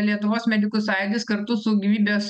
lietuvos medikų sąjūdis kartu su gyvybės